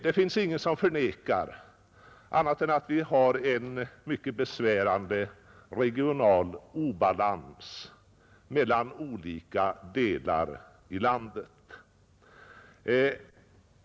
Det finns ingen som förnekar att vi har en mycket besvärande regional obalans mellan olika delar i landet.